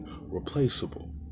replaceable